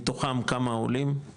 מתוכם כמה עולים,